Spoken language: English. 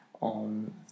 on